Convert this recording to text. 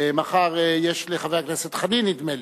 ומחר יש לחבר הכנסת חנין, נדמה לי,